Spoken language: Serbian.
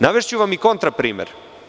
Navešću vam i kontra primer.